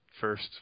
first